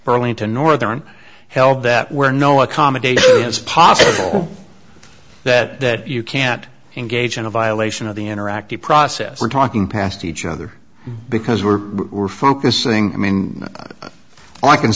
burlington northern held that were no accommodation is possible that you can't engage in a violation of the interactive process we're talking past each other because we're we're focusing i mean all i can